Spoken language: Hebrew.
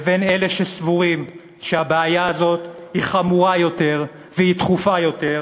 לבין אלה שסבורים שהבעיה הזאת היא חמורה יותר ודחופה יותר,